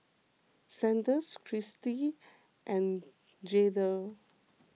Sanders Chrissy and Jaleel